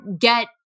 get